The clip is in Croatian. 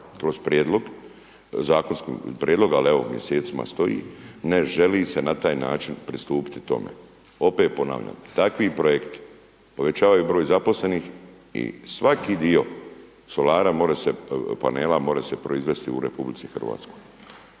zakonski prijedlog, al evo, mjesecima stoji, ne želi se na taj način pristupiti tome. Opet ponavljam, takvi projekti povećavaju broj zaposlenih i svaki dio solara more se, panela more se proizvesti u RH.